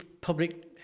public